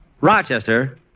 Rochester